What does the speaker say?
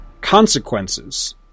consequences